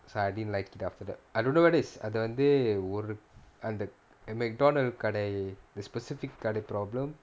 so I didn't like it after that I don't know whether it's அது வந்து ஒரு அந்த:athu vanthu oru antha McDonald's கடை:kadai the specific கடை:kadai problem